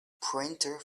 printer